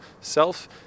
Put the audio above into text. self